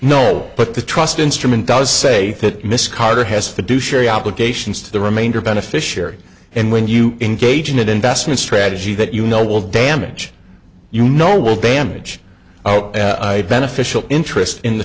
know but the trust instrument does say that miss carter has fiduciary obligations to the remainder beneficiary and when you engage in that investment strategy that you know will damage you know will damage oh beneficial interest in the